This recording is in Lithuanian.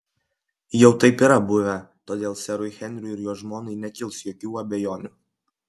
jau taip yra buvę todėl serui henriui ir jo žmonai nekils jokių abejonių